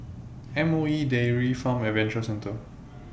M O E Dairy Farm Adventure Centre